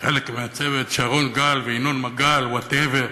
חלק מהצוות שרון גל וינון מגל, whatever,